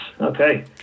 okay